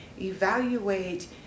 Evaluate